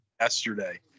yesterday